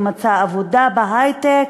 הוא מצא עבודה בהיי-טק,